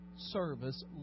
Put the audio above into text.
Service